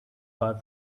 far